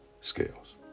scales